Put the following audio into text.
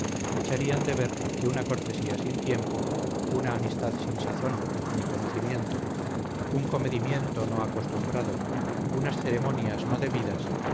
echarían de ver que una cortesía sin tiempo una amistad sin sazón ni conocimiento un comedimiento no acostumbrado unas ceremonias no debidas